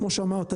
כמו שאמרת,